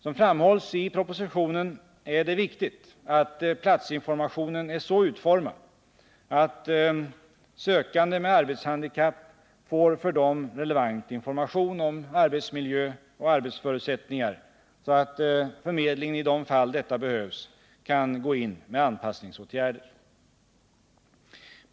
Som framhålls i propositionen är det viktigt att platsinformationen är så utformad att sökande med arbetshandikapp får för dem relevant information om arbetsmiljö och arbetsförutsättningar, så att förmedlingen, i de fall detta behövs, kan gå in med anpassningsåtgärder.